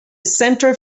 center